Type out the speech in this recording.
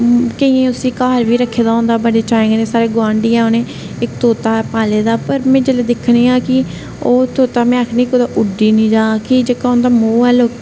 केइयें उसी घर बी रक्खे दा होंदा बडे़ चाएं कन्नै साढ़े गुआंढी ऐ उनें इक तोता पाल्ले दा पर में जिसलै दिक्खनी आं कि ओह् तोता में आखनी कुतै उड्डी ना जा कि जेहका उंदा मोह् ऐ